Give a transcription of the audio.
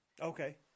Okay